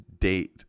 date